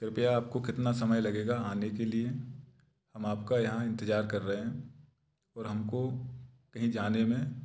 कृपया आपको कितना समय लगेगा आने के लिए हम आपका यहां इंतजार कर रहे हैं और हमको कहीं जाने में